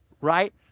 right